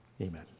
Amen